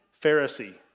Pharisee